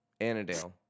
Annadale